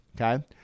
Okay